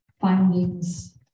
findings